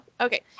Okay